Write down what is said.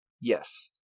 Yes